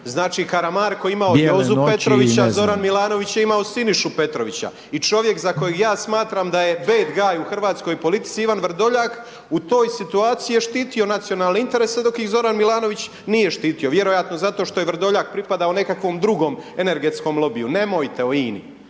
Znači Karamarko je imao Jozu Petrovića, Zoran Milanović je imao Sinišu Petrovića. I čovjek za kojeg ja smatram da je bad guy u hrvatskoj politici Ivan Vrdoljak u toj situaciji je štiti nacionalne interese dok iz Zoran Milanović nije štiti vjerojatno zato što je Vrdoljak pripadao nekakvom drugom energetskom lobiju. Nemojte o INA-i,